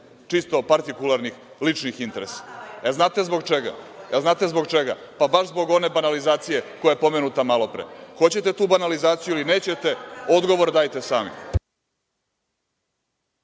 čisto partikularnih ličnih interesa. Znate zbog čega? Baš zbog one banalizacije koja je pomenuta malopre. Hoćete tu banalizaciju ili nećete, odgovor dajte sami.